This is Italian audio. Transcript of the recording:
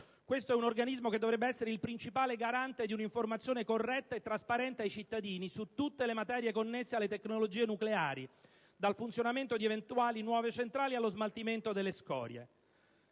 Questo è un organismo che dovrebbe essere il principale garante di un'informazione corretta e trasparente ai cittadini su tutte le materie connesse alle tecnologie nucleari, dal funzionamento di eventuali nuove centrali allo smaltimento delle scorie.